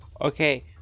Okay